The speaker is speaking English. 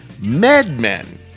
MedMen